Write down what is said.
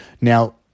Now